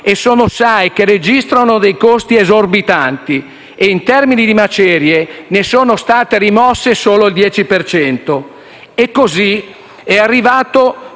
e sono SAE che registrano dei costi esorbitanti. In termini di macerie, ne sono state rimosse solo il 10 per cento. E così è arrivato